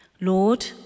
lord